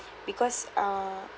because uh